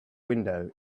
window